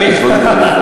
תשוקה נוראית.